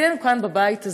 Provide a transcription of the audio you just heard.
תפקידנו כאן, בבית הזה,